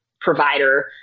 provider